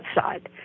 outside